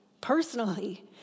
personally